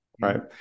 right